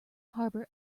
harbour